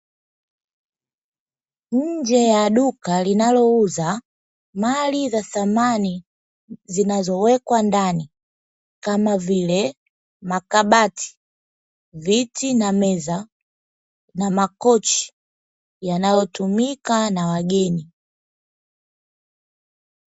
Nje ya duka linalouza mali za samani zinazowekwa ndani, kama vile; makabati, viti na meza, na makochi yanayotumika na wageni.